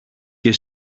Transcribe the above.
και